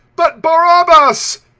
but barabbas!